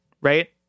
Right